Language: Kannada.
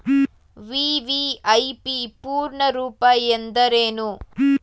ವಿ.ವಿ.ಐ.ಪಿ ಪೂರ್ಣ ರೂಪ ಎಂದರೇನು?